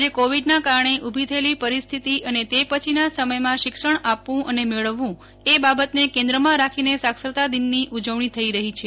આજે કોવિડના કારણે ઊભી થયેલી પરિસ્થિતિ અને તે પછીના સમયમાં શિક્ષણ આપવું અને મેળવવું એ બાબતને કેન્દ્રમાં રાખીને સાક્ષરતા દિનની ઉજવણી થઇ રહી છે